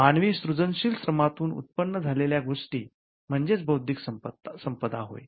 मानवी सृजनशील श्रमातून उत्पन्न झालेल्या गोष्टी म्हणजेच बौद्धिक संपदा होय